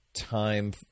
time